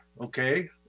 okay